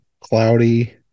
cloudy